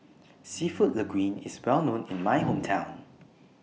Seafood Linguine IS Well known in My Hometown